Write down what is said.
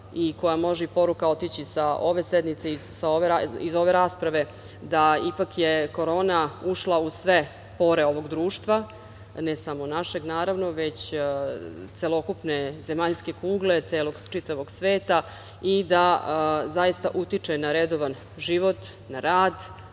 koja može otići i sa ove sednice, iz ove rasprave, da je ipak korona ušla u sve pore ovog društva, ne samo našeg naravno, već celokupne zemaljske kugle, čitavog sveta i da zaista utiče na redovan život, na rad,